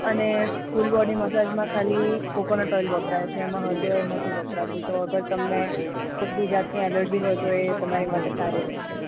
અને full body મસાજમાં ખાલી કોકોનેટ ઓઇલ વપરાય છે એમાં હર્બલ ઓઇલ નથી વપરાતું તો અગર તમને કોઈ બી જાતની એલર્જી હોય તો એ તમારી માટે સારી રહેશે